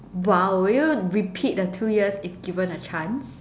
!wow! would you repeat the two years if given a chance